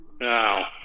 Now